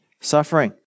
suffering